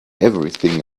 everything